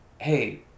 hey